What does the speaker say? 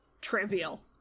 trivial